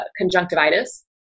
conjunctivitis